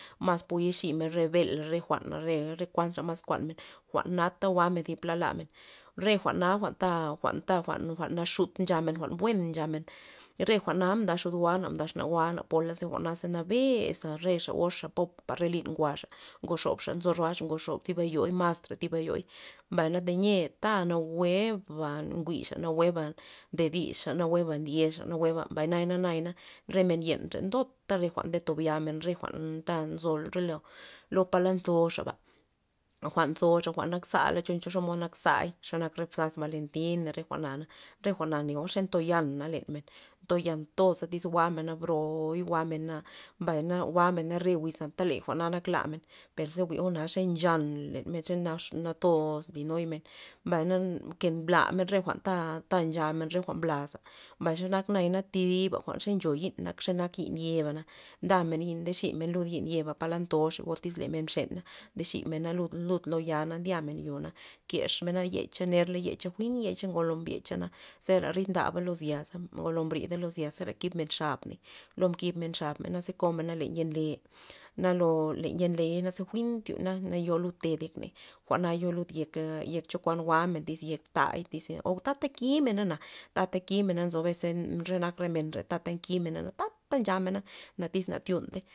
Mas po ye ximen re bela re jwa'n re- re kuantra mas jwa'nata jwa'men thi pla lamen re jwa'na jwa'nta- jwa'nta jwa'n naxut nchamen jwa'n buen nchamen re jwa'na mda xud goana exna goana pola ze jwa'naza nabes re xa gox popa re lin nguaxa ngoxobxa nzo roaxa ngoxob thi eyoy o mas tra thib eyoy mbay tayia ta nawueba njwi'xa nawueba ndedisxa nawueba ndyexa nawueba mbay naya- naya na re men re ndrotra re jwa'n ndobta yamen re jwa'n ta nzo re lo palad ntoxa jwa'n toxa jwa'n nak zala choncha xomod nakak zay xenak sal balentina re jwa'nana re jwa'na neo xe ntoxa nchana lenmen ntoyan toza tyz jwa'mena bro broy jwa'mena mbay jwa'mena re wiz anta le jwa'na nak lamen perze ze jwi'o ze nchan len men xe nax natox nlinuy men, mbay na anta nke bla re jwa'nta ta nchamen re jwa'n laza mbay xe nak nayana thi diba xanak ngo yin xenak yi'n yebana nda men nde ximen ludyi'n yeba palad ntoxey tyz palad mxena nchemena lud- lud lo ya na ndyamen yona kexmena yecha jwi'n yecha ngolo mbyecha na zera rid ndaba lo zil za zngolo brida lo zil za zera kibmen xabney lo mkibmen xabney ze komena len yen le na lo len yen leyna jwi'n tyuna na yo ted yekney jwa'na yo lud yek chokuan jwa'men tyz yek ta'y o tata kimena na kimena nzo bes renak re men re ta nkimena tata nchamena iz na tyuntei.